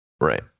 right